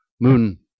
Moon